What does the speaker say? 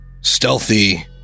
stealthy